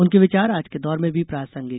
उनके विचार आज के दौर में भी प्रासंगिक हैं